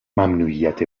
ممنوعیت